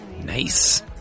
Nice